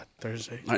Thursday